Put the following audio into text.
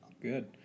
good